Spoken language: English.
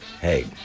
Hey